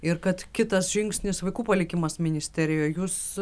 ir kad kitas žingsnis vaikų palikimas ministerijoj jūs